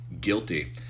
Guilty